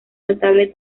notable